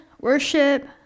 Worship